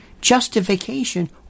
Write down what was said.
justification